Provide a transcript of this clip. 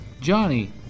Johnny